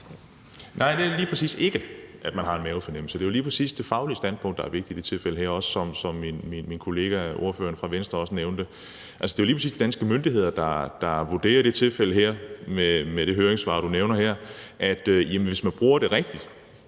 Nej, det handler lige præcis ikke om, at man har en mavefornemmelse; det er jo lige præcis det faglige standpunkt, der er vigtigt i det her tilfælde, hvilket min kollega, ordføreren fra Venstre, også nævnte. Altså, det er jo lige præcis de danske myndigheder, der vurderer i det her tilfælde, i forhold til det høringssvar, du nævner her, at hvis man bruger pelargonsyre